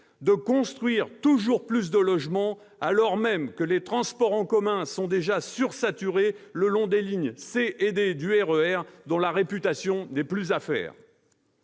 de construire toujours plus de logements, alors même que les transports en commun sont déjà sursaturés le long des lignes C et D du RER, dont la réputation n'est plus à faire